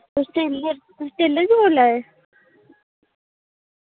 तुस टेलर तुस टेलर जी बोला दे